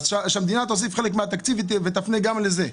אז שהמדינה תוסיף חלק מהתקציב ותפנה גם לזה.